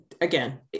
again